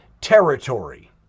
territory